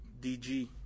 DG